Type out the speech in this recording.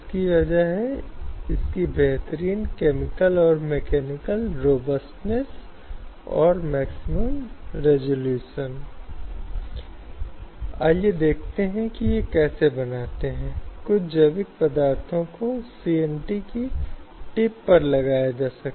इसलिए वह एक कर्मचारी है जो एक विशेष संगठन में काम कर रहा है और उसके आर्थिक संसाधन या आर्थिक निर्भरता पूरी तरह से उस संगठन पर है और यह एक ही संगठन है कभी कभी कर्मचारी और कभी कभी संगठन के नियोक्ता जो कुछ प्रथाओं में लिप्त होते हैं